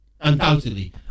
Undoubtedly